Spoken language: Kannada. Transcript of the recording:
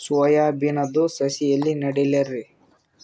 ಸೊಯಾ ಬಿನದು ಸಸಿ ಎಲ್ಲಿ ನೆಡಲಿರಿ?